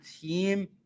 team